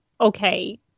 okay